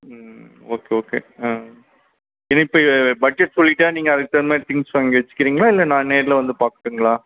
okay okay இனி இப்போ budget சொல்லிவிட்டா நீங்கள் அதுக்குத் தகுந்தமாதிரி வைச்சிக்கிறீங்களா இல்லை நான் நேரில் வந்து பார்க்கட்டுங்களா